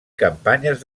campanyes